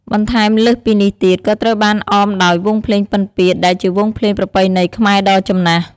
បន្ថែមលើសពីនេះទៀត ក៏ត្រូវបានអមដោយ វង់ភ្លេងពិណពាទ្យ ដែលជាវង់ភ្លេងប្រពៃណីខ្មែរដ៏ចំណាស់។